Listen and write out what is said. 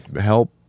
help